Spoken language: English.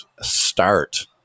start